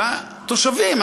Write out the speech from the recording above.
התושבים,